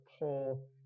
pull